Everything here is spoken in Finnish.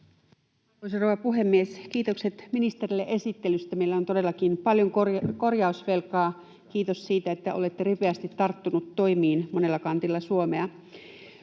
rouva puhemies! Kiitokset ministerille esittelystä. Meillä on todellakin paljon korjausvelkaa. Kiitos siitä, että olette ripeästi tarttunut toimiin monella kantilla Suomea.